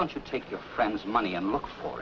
don't you take your friends money and look for